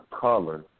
color